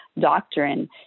doctrine